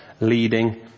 leading